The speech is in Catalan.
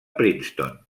princeton